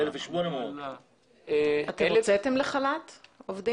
1,800. הוצאתם עובדים לחל"ת?